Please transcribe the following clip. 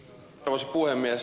arvoisa puhemies